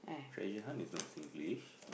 treasure hunt is not Singlish